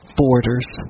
borders